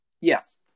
Yes